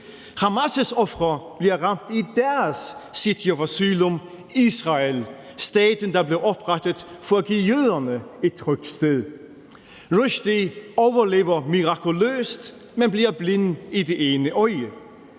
Hamas' ofre bliver ramt i deres city of asylum, Israel – staten, der blev oprettet, for at give jøderne et trygt sted. Rushdie overlever mirakuløst, men bliver blind på det ene øje.